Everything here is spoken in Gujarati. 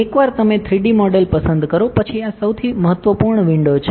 એકવાર તમે 3D મોડેલ પસંદ કરો પછી આ સૌથી મહત્વપૂર્ણ વિંડો છે